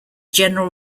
general